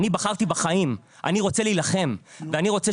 אני בחרתי בחיים ואני רוצה להילחם ואני רוצה